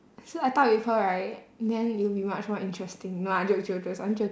so I talk with her right then it'll be much more interesting no I joke joke joke it's only jok~